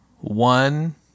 one